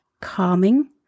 calming